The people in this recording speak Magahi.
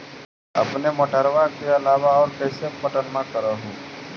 अपने मोटरबा के अलाबा और कैसे पट्टनमा कर हू?